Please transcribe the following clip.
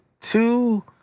two